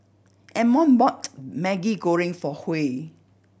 Ammon bought Maggi Goreng for Huy